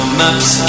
maps